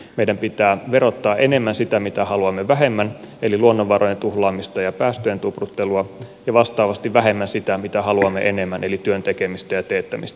meidän pitää verottaa enemmän sitä mitä haluamme vähemmän eli luonnonvarojen tuhlaamista ja päästöjen tupruttelua ja vastaavasti vähemmän sitä mitä haluamme enemmän eli työn tekemistä ja teettämistä